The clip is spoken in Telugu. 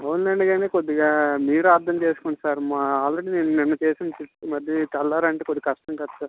అవునులేండి కానీ కొద్దిగా మీరు అర్థం చేసుకోండి సార్ మా ఆ ఆల్రెడీ నిన్న చేశాను సార్ మళ్లీ తెల్లారి అంటే కొంచెం కష్టం కదా సార్